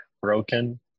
broken